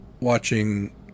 watching